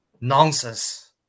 nonsense